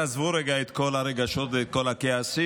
תעזבו רגע את כל הרגשות ואת כל הכעסים.